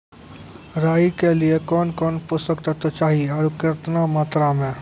राई के लिए कौन कौन पोसक तत्व चाहिए आरु केतना मात्रा मे?